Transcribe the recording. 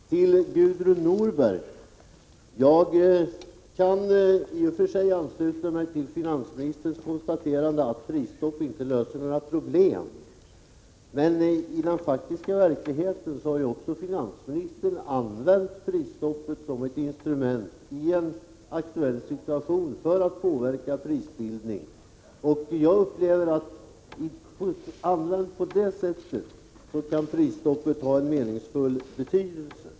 Herr talman! Till Gudrun Norberg: Jag kan i och för sig ansluta mig till finansministerns konstaterande att prisstopp inte löser några problem. Men i den faktiska verkligheten har finansministern använt prisstoppet som ett instrument i en aktuell situation för att påverka prisbildningen. Jag upplever att prisstoppet använt på det sättet kan vara meningsfullt.